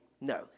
No